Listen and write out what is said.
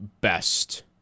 best